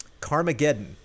Carmageddon